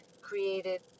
created